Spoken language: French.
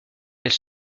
elle